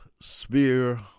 Sphere